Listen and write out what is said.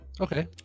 Okay